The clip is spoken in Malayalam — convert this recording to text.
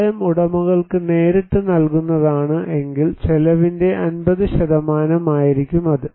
സഹായം ഉടമകൾക്ക് നേരിട്ട് നൽകുന്നതാണ് എങ്കിൽ ചെലവിന്റെ 50 ആയിരിക്കും അത്